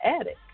Attic